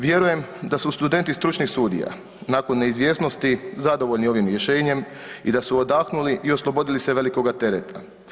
Vjerujem da su studenti stručnih studija nakon neizvjesnosti zadovoljni ovim rješenjem i da su odahnuli i oslobodili se velikoga tereta.